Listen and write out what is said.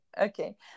okay